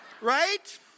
Right